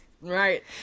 right